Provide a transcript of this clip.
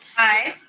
aye.